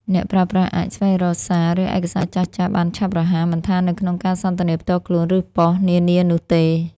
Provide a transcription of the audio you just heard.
អ្នកប្រើប្រាស់អាច ស្វែងរកសារ ឬឯកសារចាស់ៗបានឆាប់រហ័ស មិនថានៅក្នុងការសន្ទនាផ្ទាល់ខ្លួន ឬប៉ុស្តិ៍ នានានោះទេ។